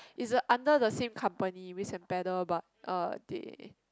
is under the same company Whisk and Paddle but uh they